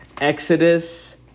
Exodus